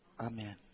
Amen